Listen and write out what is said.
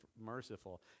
merciful